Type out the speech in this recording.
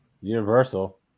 Universal